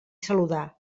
saludar